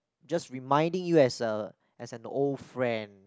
just reminding you as a as an old friend